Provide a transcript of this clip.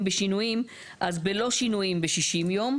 "בשינויים או בלא שינויים בתוך 60 ימים",